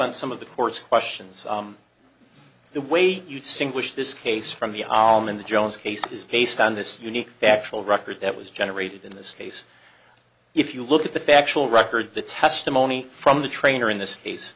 on some of the court's questions the way you distinguish this case from the alm in the jones case is based on this unique factual record that was generated in this case if you look at the factual record the testimony from the trainer in this case